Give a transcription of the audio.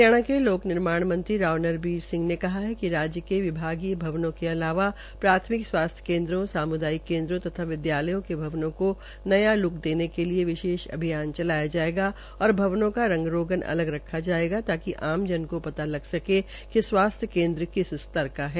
हरियाणा के लोकनिर्माण मंडी राव नरबीर सिंह ने कहा है कि राज्य के विभागीय भवनों के अलावा प्राथमिक स्वास्थ्य केन्दों समुदायिक केन्द्रों तथा विद्यालयों के भवनों को न्या ल्क देने के लिए विशेष अभियान चलाया जायेगा और भवनों का रंग रोगन अलग रखा जायेगा ताकि आम जन को पता लग सके कि स्वास्थ्य केन्द्र किस स्तर का है